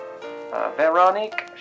Veronique